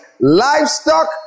livestock